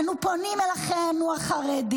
אנו פונים אל אחינו "החרדים,